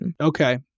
Okay